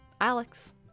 Alex